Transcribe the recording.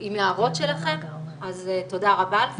עם הערות שלכם, אז תודה רבה על זה.